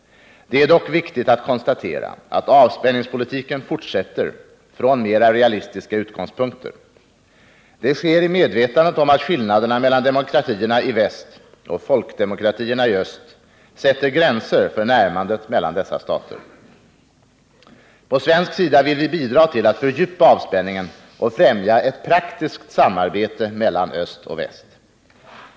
Det är dock viktigt att konstatera att avspänningspolitiken fortsätter från mer realistiska utgångspunkter. Det sker i medvetande om att skillnaderna mellan demokratierna i väst och folkdemokratierna i öst sätter gränser för närmandet mellan dessa stater. På svensk sida vill vi bidra till att fördjupa avspänningen och främja ett praktiskt samarbete mellan öst och väst.